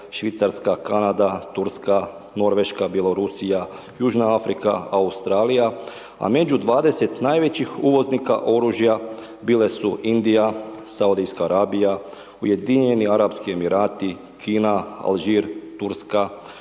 Švicarska, Kanada, Turska, Norveška, Bjelorusija, Južna Afrika, Australija a među 20 najvećih uvoznika oružja bile su Indija, Saudijska Arabija, Ujedinjeni Arapski Emirati, Kina, Alžir, Turska,